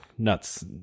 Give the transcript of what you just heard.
nuts